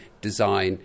design